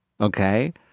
okay